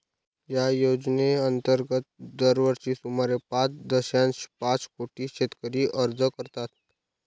या योजनेअंतर्गत दरवर्षी सुमारे पाच दशांश पाच कोटी शेतकरी अर्ज करतात